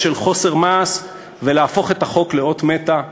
של חוסר מעש ולהפוך את החוק לאות מתה".